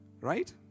Right